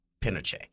Pinochet